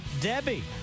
Debbie